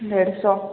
ଦେଢ଼ଶହ